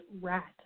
rat